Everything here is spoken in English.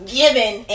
giving